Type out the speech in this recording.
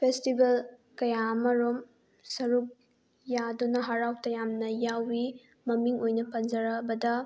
festival ꯀꯌꯥ ꯑꯃꯔꯣꯝ ꯁꯔꯨꯛ ꯌꯥꯗꯨꯅ ꯍꯔꯥꯎ ꯇꯌꯥꯝꯅ ꯌꯥꯎꯏ ꯃꯃꯤꯡ ꯑꯣꯏꯅ ꯄꯟꯖꯔꯕꯗ